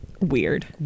Weird